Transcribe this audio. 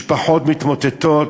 משפחות מתמוטטות,